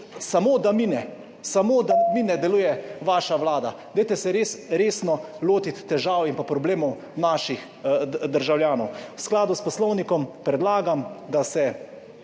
samo da mine, samo da mine, tako deluje vaša vlada. Dajte se res resno lotiti težav naših državljanov. V skladu s poslovnikom predlagam, da se